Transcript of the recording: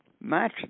match